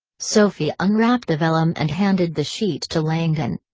sophie unwrapped the vellum and handed the sheet to langdon.